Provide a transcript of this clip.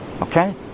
Okay